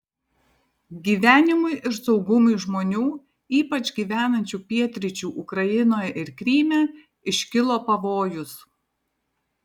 gyvenimui ir saugumui žmonių ypač gyvenančių pietryčių ukrainoje ir kryme iškilo pavojus